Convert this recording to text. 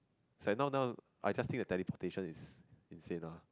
its like now now I just think that teleportation is insane lah